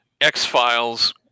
X-Files